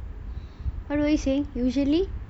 what were you saying usually